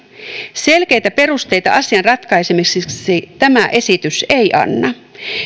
selkeitä perusteita asian ratkaisemiseksi tämä esitys ei anna